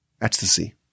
ecstasy